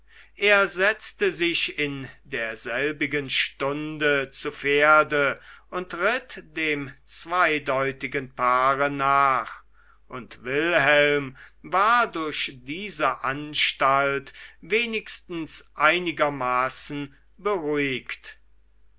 er setzte sich in derselbigen stunde zu pferde und ritt dem zweideutigen paare nach und wilhelm war durch diese anstalt wenigstens einigermaßen beruhigt